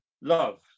love